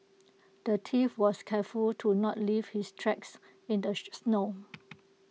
the thief was careful to not leave his tracks in the snow